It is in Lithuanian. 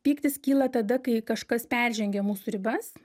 pyktis kyla tada kai kažkas peržengė mūsų ribas